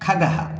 खगः